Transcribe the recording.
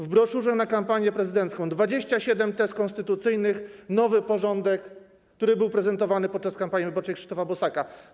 W broszurze na kampanię prezydencką znalazło się 27 tez konstytucyjnych, nowy porządek, który był prezentowany podczas kampanii wyborczej Krzysztofa Bosaka.